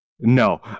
No